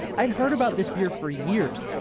i had heard about this beer for years,